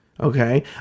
okay